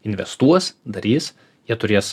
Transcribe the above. investuos darys jie turės